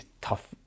tough